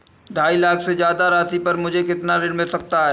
ढाई लाख से ज्यादा राशि पर मुझे कितना ऋण मिल सकता है?